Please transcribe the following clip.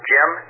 Jim